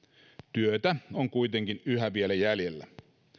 työtä on kuitenkin yhä vielä jäljellä